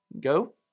go